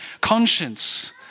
conscience